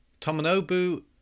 Tomonobu